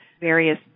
various